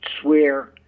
swear